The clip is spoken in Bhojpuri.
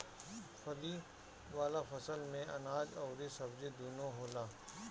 फली वाला फसल से अनाज अउरी सब्जी दूनो होला